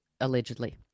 allegedly